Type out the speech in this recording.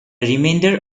remainder